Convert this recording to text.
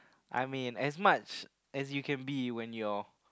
I mean as much as you can be when your